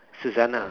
suzzanna